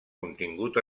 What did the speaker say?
contingut